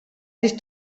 sich